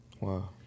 Wow